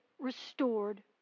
Restored